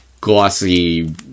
glossy